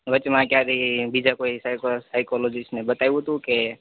વચમાં ક્યારેય બીજા કોઈ સાઈકો સાઈકોલોજીસ્ટને બતાઈવું તું કે